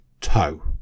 toe